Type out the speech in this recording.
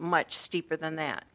much steeper than that